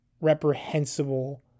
reprehensible